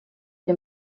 den